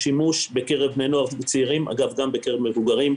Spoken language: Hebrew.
השימוש בקרב בני נוער צעירים וגם בקרב מבוגרים,